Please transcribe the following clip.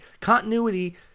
continuity